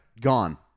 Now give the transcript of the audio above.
Gone